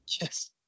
Yes